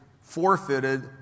forfeited